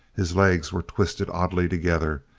his legs were twisted oddly together.